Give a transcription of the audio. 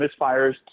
misfires